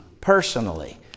personally